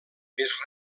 més